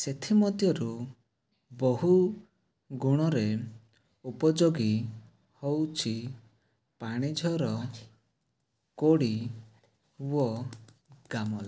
ସେଥିମଧ୍ୟରୁ ବହୁ ଗୁଣରେ ଉପଯୋଗୀ ହଉଛି ପାଣି ଝର କୋଡ଼ି ଓ ଗାମଲା